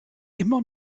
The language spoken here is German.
immer